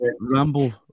Ramble